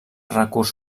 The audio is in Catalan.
recurs